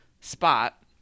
spot